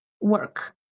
work